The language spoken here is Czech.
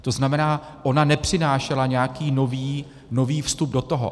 To znamená ona nepřinášela nějaký nový vstup do toho.